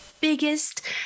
biggest